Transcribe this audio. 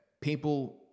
people